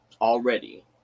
already